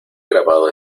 grabado